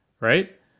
right